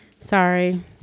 Sorry